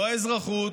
לא האזרחות,